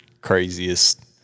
craziest